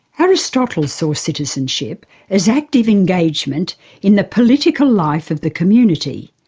aristotle saw citizenship as active engagement in the political life of the community,